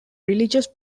religious